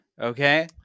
okay